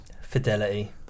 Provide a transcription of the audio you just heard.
Fidelity